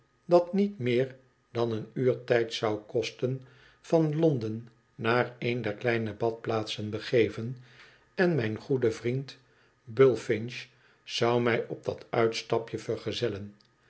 dat niet meer dan een uur tijds zou kosten van londen naar een der kleine badplaatsen begeven en mijn goede vriend bullfinch zou mij op dat uitstapje vergezellen